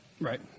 Right